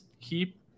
Keep